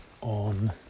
on